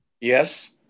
Yes